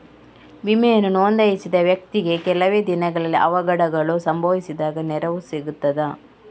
ವಿಮೆಯನ್ನು ನೋಂದಾಯಿಸಿದ ವ್ಯಕ್ತಿಗೆ ಕೆಲವೆ ದಿನಗಳಲ್ಲಿ ಅವಘಡಗಳು ಸಂಭವಿಸಿದಾಗ ನೆರವು ಸಿಗ್ತದ?